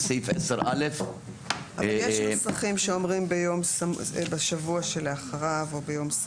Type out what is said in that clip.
יש נוסחים שאומרים בשבוע שלאחריו או ביום סמוך